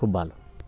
খুব ভালো